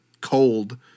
cold